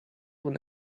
one